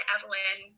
Evelyn